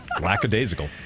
Lackadaisical